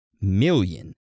million